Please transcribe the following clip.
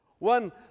One